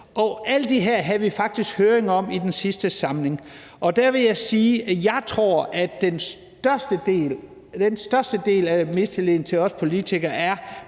Alt det her havde vi faktisk en høring om i sidste samling, og der vil jeg sige, at jeg tror, at den største del af mistilliden til os politikere